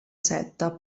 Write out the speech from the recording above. setta